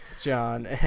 John